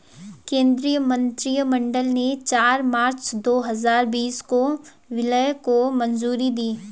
केंद्रीय मंत्रिमंडल ने चार मार्च दो हजार बीस को विलय को मंजूरी दी